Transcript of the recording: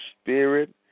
spirit